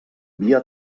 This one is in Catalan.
via